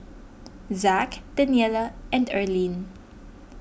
Zack Daniella and Erlene